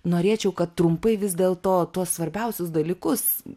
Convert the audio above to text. norėčiau kad trumpai vis dėlto tuos svarbiausius dalykus